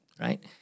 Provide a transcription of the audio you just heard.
Right